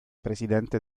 presidente